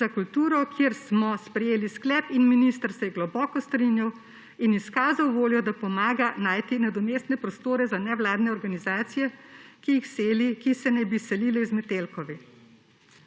za kulturo, kjer smo sprejeli sklep in minister se je globoko strinjal in izkazal voljo, da pomaga najti nadomestne prostore za nevladne organizacije, ki se naj bi selile z Metelkove.